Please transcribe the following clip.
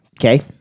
okay